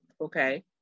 okay